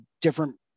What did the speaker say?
different